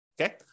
Okay